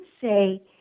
say